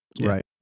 right